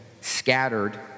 scattered